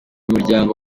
muryango